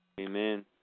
Amen